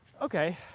okay